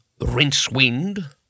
Rincewind